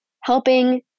helping